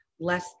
less